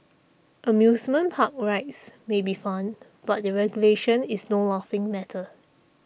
amusement park rides may be fun but their regulation is no laughing matter